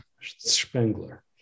Spengler